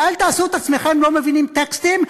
ואל תעשו את עצמכם לא מבינים טקסטים,